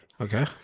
Okay